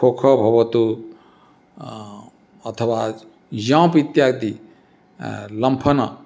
खो खो भवतु अथवा जोम्प् इत्यादि लम्फनम्